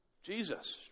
Jesus